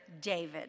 David